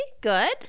good